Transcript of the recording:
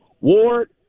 Ward